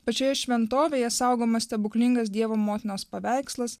pačioje šventovėje saugomas stebuklingas dievo motinos paveikslas